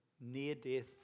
near-death